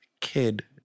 kid